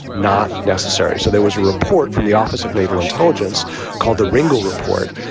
not necessary. so there was a report from the office of naval intelligence called the ringle report,